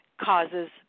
causes